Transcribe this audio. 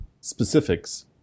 Specifics